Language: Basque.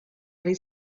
ari